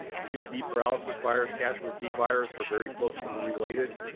acute bee paralysis virus, kashmir bee virus, are very closely related,